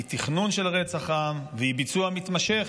היא תכנון של רצח עם והיא ביצוע מתמשך,